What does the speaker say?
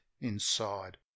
inside